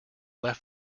left